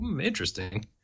interesting